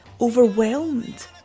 overwhelmed